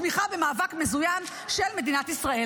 ובתמיכה במאבק מזוין נגד מדינת ישראל.